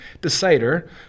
decider